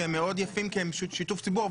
שהם יפים מאוד כי הם שיתוף ציבור,